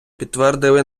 підтвердили